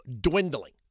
dwindling